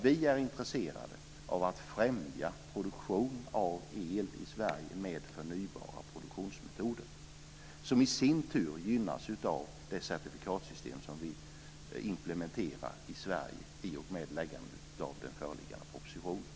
Vi är intresserade av att främja produktion av el i Sverige med förnybara produktionsmetoder. Detta gynnas i sin tur av det certifikatsystem som vi implementerar i Sverige i och med framläggandet av den föreliggande propositionen.